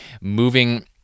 moving